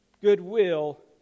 goodwill